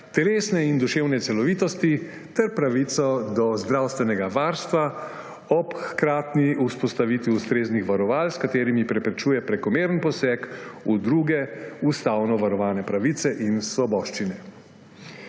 telesne in duševne celovitosti ter pravico do zdravstvenega varstva ob hkratni vzpostavitvi ustreznih varoval, s katerimi preprečuje prekomeren poseg v druge ustavno varovane pravice in svoboščine.